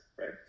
Right